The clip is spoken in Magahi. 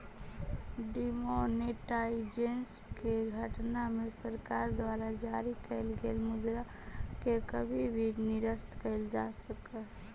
डिमॉनेटाइजेशन के घटना में सरकार द्वारा जारी कैल गेल मुद्रा के कभी भी निरस्त कैल जा सकऽ हई